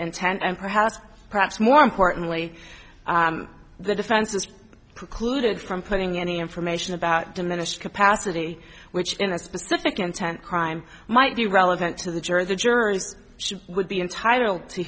and ten and perhaps perhaps more importantly the defense is precluded from putting any information about diminished capacity which in a specific intent crime might be relevant to the jury the jurors would be entitled to